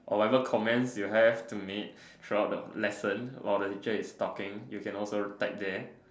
or whatever comments you have to make through out the lesson while the teacher is talking you can also type there